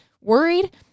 worried